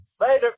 Later